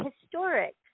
historic